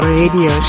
radio